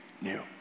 new